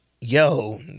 yo